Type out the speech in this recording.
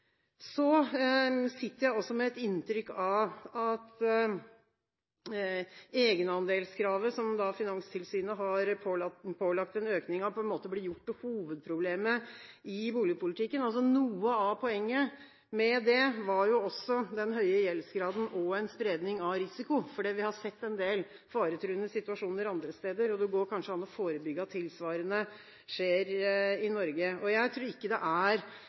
Så sitter jeg også med et inntrykk av at egenandelskravet som Finanstilsynet har pålagt en økning av, på en måte blir gjort til hovedproblemet i boligpolitikken. Noe av poenget med det var jo også den høye gjeldsgraden og en spredning av risiko, for vi har sett en del faretruende situasjoner andre steder, og det går kanskje an å forebygge at tilsvarende skjer i Norge. Jeg tror ikke det er